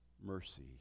mercy